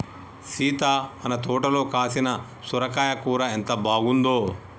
సీత మన తోటలో కాసిన సొరకాయ కూర ఎంత బాగుందో